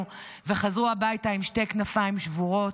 וחזרו הביתה עם שתי כנפיים שבורות.